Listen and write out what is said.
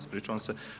Ispričavam se.